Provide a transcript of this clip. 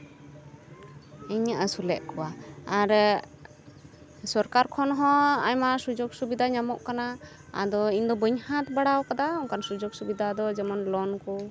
ᱤᱧ ᱟᱥᱩᱞᱮᱫ ᱠᱚᱣᱟ ᱟᱨ ᱥᱚᱨᱠᱟᱨ ᱠᱷᱚᱱ ᱦᱚᱸ ᱟᱭᱢᱟ ᱥᱩᱡᱳᱜᱽ ᱥᱩᱵᱤᱫᱟ ᱧᱟᱢᱚᱜ ᱠᱟᱱᱟ ᱟᱫᱚ ᱤᱧᱫᱚ ᱵᱟᱹᱧ ᱦᱟᱛᱟᱣ ᱵᱟᱲᱟᱣ ᱠᱟᱫᱟ ᱚᱱᱠᱟᱱ ᱥᱩᱡᱳᱜᱽ ᱥᱩᱵᱤᱫᱟ ᱫᱚ ᱡᱮᱢᱚᱱ ᱞᱳᱱ ᱠᱚ